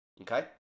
Okay